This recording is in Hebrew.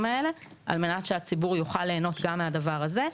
האלה על מנת שהציבור יוכל ליהנות גם מהדבר הזה,